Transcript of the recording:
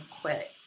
quit